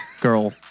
girl